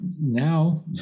now